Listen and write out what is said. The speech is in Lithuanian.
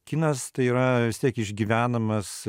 kinas tai yra vis tiek išgyvenamas